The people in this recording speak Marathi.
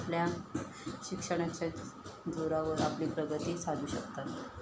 आपल्या शिक्षणाच्या जोरावर आपली प्रगती साधू शकतात